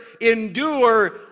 endure